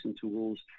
tools